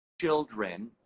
children